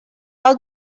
out